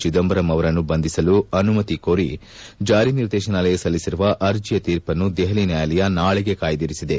ಚದಂಬರಂ ಅವರನ್ನು ಬಂಧಿಸಲು ಅನುಮತಿ ಕೋರಿ ಜಾರಿ ನಿರ್ದೇಶನಾಲಯ ಸಲ್ಲಿಸಿರುವ ಆರ್ಜಿಯ ತೀರ್ಪನ್ನು ದೆಪಲಿ ನ್ಯಾಯಾಲಯ ನಾಳಿಗೆ ಕಾಯ್ದರಿಸಿದೆ